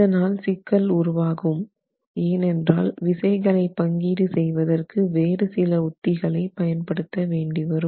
இதனால் சிக்கல் உருவாகும் ஏனென்றால் விசைகளை பங்கீடு செய்வதற்கு வேறு சில உத்திகளை பயன்படுத்த வேண்டி வரும்